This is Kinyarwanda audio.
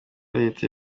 leta